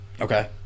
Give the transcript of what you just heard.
Okay